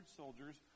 soldiers